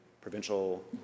Provincial